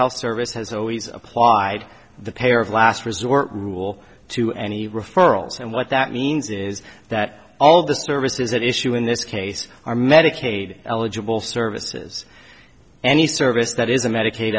health service has always applied the pair of last resort rule to any referrals and what that means is that all the services that issue in this case are medicaid eligible services any service that is a medicaid